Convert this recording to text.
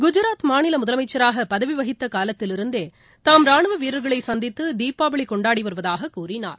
குஜராத் மாநில முதலமைச்சராக பதவி வகித்த காலத்திலிருந்தே தாம் ராணுவ வீரர்களை சந்தித்து தீபாவளி கொண்டாடி வருவதாக கூறினார்